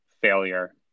failure